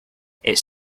its